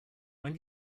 when